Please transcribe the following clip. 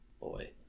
Boy